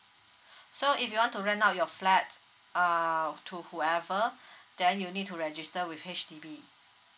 so if you want to rent out your flat uh to whoever then you need to register with H_D_B